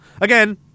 Again